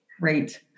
Great